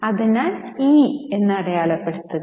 അതിനാൽ ഇ എന്ന് വീണ്ടും അടയാളപ്പെടുത്തുക